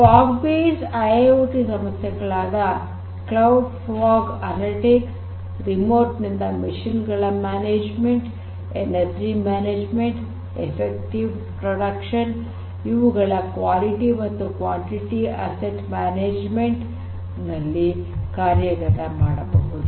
fog based IIoT ಸಮಸ್ಯೆಗಳಾದ cloud fog analytics remote ನಿಂದ ಯಂತ್ರಗಳ ನಿರ್ವಹಣೆ ಶಕ್ತಿಯ ನಿರ್ವಹಣೆ ಎಫೆಕ್ಟಿವ್ ಪ್ರೊಡಕ್ಷನ್ ಇವುಗಳ ಗುಣಮಟ್ಟ ಮತ್ತು ಪ್ರಮಾಣಗಳ ಅಸೆಟ್ ಮ್ಯಾನೇಜ್ಮೆಂಟ್ ನಲ್ಲಿ ಕಾರ್ಯಗತ ಮಾಡಬಹುದು